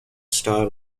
star